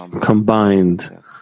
combined